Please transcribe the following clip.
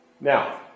now